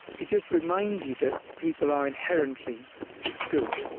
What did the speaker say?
it just reminds you that people are inherently good,